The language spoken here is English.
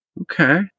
okay